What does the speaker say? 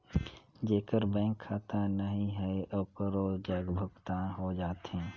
जेकर बैंक खाता नहीं है ओकरो जग भुगतान हो जाथे?